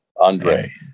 andre